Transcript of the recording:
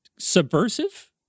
Subversive